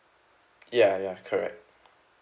ya ya correct